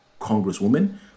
congresswoman